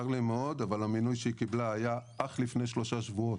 צר לי מאוד אבל המינוי שהיא קיבלה היה אך לפני שלושה שבועות.